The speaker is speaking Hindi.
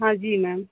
हाँ जी मैम